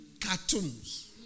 Cartoons